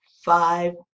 five